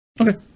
okay